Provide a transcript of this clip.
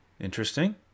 Interesting